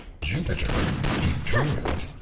jupiter determined,